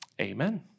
Amen